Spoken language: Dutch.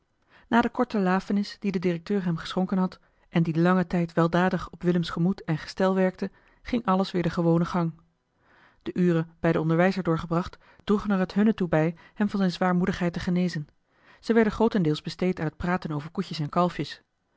na de korte lafenis die de directeur hem geschonken had en die langen tijd weldadig op willems gemoed en gestel werkte ging alles weer den gewonen gang de uren bij den onderwijzer doorgebracht droegen er het hunne toe bij hem van zijne zwaarmoedigheid te genezen ze werden grootendeels besteed aan het praten over koetjes en kalfjes